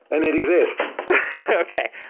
and it exists okay.